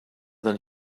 than